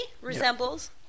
resembles